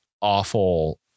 awful